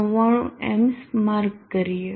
99 એમ્સ માર્ક કરીએ